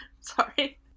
Sorry